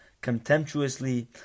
contemptuously